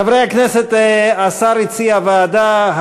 חברי הכנסת, השר הציע ועדה.